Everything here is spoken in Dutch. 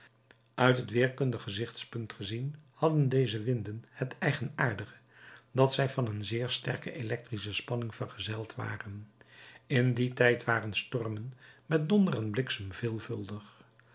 uit het weerkundig gezichtspunt gezien hadden deze winden het eigenaardige dat zij van een zeer sterke electrische spanning vergezeld waren in dien tijd waren stormen met donder en bliksem veelvuldig